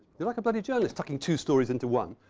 you're like a bloody journalist tucking two stories into one.